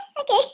Okay